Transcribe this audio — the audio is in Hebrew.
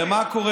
אני אסביר.